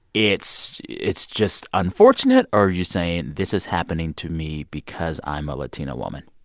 it's it's just unfortunate? or are you saying, this is happening to me because i'm a latina woman?